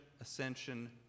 ascension